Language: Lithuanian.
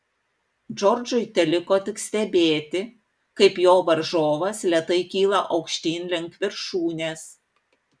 džordžui teliko tik stebėti kaip jo varžovas lėtai kyla aukštyn link viršūnės